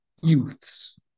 youths